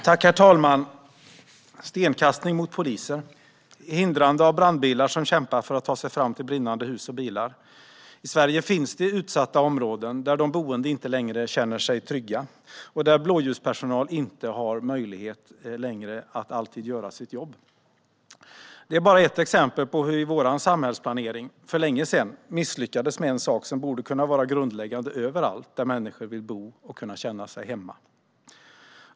Herr talman! Stenkastning mot poliser och hindrande av brandbilar som kämpar för att ta sig fram till brinnande hus och bilar - i Sverige finns det utsatta områden där de boende inte längre känner sig trygga och där blåljuspersonal inte har möjlighet att göra sitt jobb. Det är bara ett exempel på hur vi i vår samhällsplanering sedan länge misslyckats med en sak som borde vara grundläggande överallt där människor vill kunna bo och känna sig hemma.